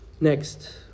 next